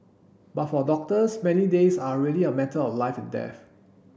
but for doctors many days are really a matter of life and death